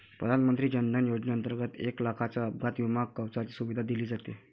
प्रधानमंत्री जन धन योजनेंतर्गत एक लाखाच्या अपघात विमा कवचाची सुविधा दिली जाते